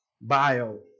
bio